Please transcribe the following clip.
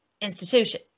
institution